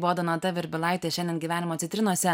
buvo donata virbilaitė šiandien gyvenimo citrinose